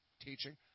teaching